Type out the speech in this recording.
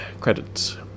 Credits